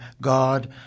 God